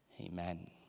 Amen